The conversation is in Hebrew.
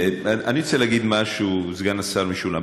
אני רוצה להגיד משהו, סגן השר משולם.